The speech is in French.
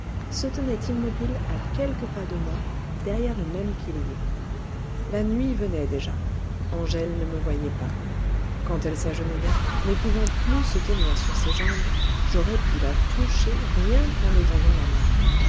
se tenait immobile à quelques pas de moi derrière le même pilier la nuit venait déjà angèle ne me voyait pas quand elle s'agenouilla ne pouvant plus se tenir sur ses jambes j'aurais pu la toucher rien qu'en étendant la main